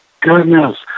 goodness